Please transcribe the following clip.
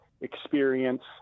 experience